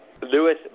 Lewis